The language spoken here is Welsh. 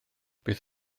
beth